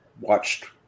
watched